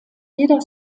jeder